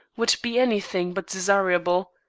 would be any thing but desirable.